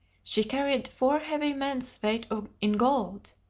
she carried four heavy men's weight in gold.